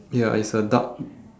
ya it's a dark